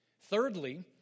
Thirdly